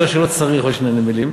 כי לא צריך עוד שני נמלים.